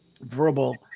verbal